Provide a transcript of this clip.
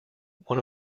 one